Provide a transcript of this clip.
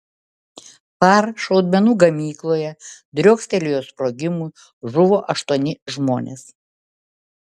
par šaudmenų gamykloje driokstelėjus sprogimui žuvo aštuoni žmonės